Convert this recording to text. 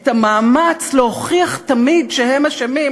את המאמץ להוכיח תמיד שהם אשמים,